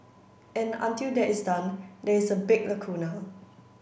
and until that is done there is a big lacuna